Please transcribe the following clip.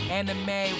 Anime